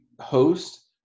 host